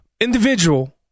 individual